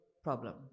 problem